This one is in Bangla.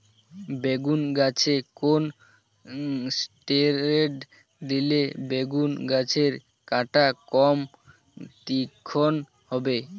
বেগুন গাছে কোন ষ্টেরয়েড দিলে বেগু গাছের কাঁটা কম তীক্ষ্ন হবে?